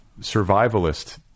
survivalist